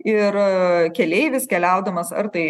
ir keleivis keliaudamas ar tai